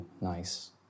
nice